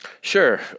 Sure